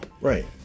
Right